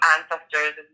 Ancestors